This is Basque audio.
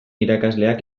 irakaslek